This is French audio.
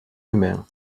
humains